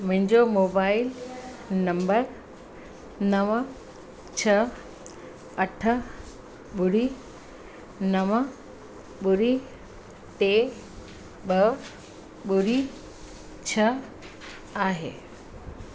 मुंहिंजो mobile number नव छह अठ ॿुड़ी नव ॿुड़ी टे ॿ ॿुड़ी छह आहे